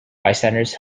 bystanders